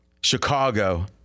Chicago